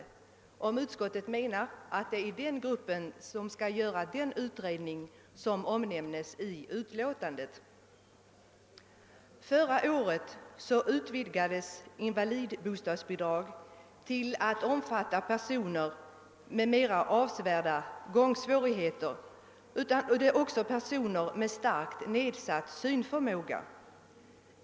Jag undrar om utskottet menar att denna grupp skall göra den utredning som omnämns i utlåtandet. Förra året utvidgades invalidbostadsbidraget till att omfatta inte bara personer med mer avsevärda gångsvårigheter utan även personer med starkt nedsatt synförmåga.